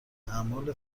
اعمال